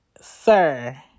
Sir